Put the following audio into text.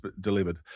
delivered